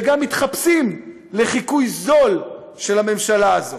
וגם, מתחפשים לחיקוי זול של הממשלה הזאת.